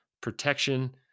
protection